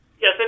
Yes